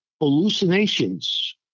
hallucinations